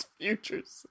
Futures